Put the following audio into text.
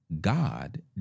God